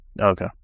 Okay